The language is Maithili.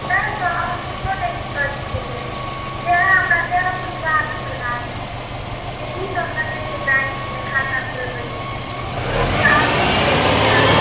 नहि सर आर किच्छो नहि दिक्कत छलए सएह हमरा सएह पुछबाक छलए से कीसभ लगैत छै बैंकमे खाता खोलबैमे ठीक छै आब बुझि गेलियै सर